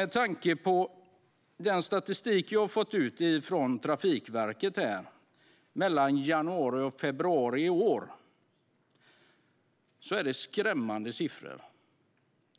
Jag har fått statistik från Trafikverket som gäller januari och februari i år. Det är skrämmande siffror.